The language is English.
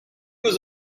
was